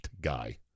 guy